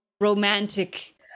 romantic